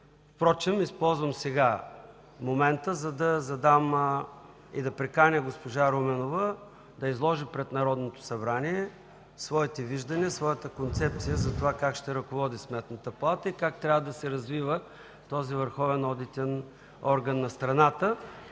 Впрочем използвам сега момента, за да приканя госпожа Руменова да изложи пред Народното събрание своите виждания, своята концепция за това как ще ръководи Сметната палата и как трябва да се развива този върховен одитен орган на страната,